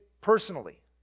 personally